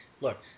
look